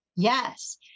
Yes